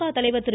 க தலைவர் திரு